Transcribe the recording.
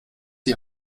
die